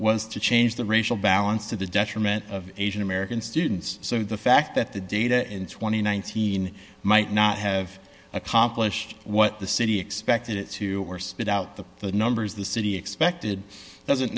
was to change the racial balance to the detriment of asian american students so the fact that the data in twenty one thousand might not have accomplished what the city expected it to or spit out the the numbers the city expected doesn't